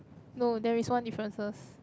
no there is one differences